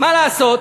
מה לעשות,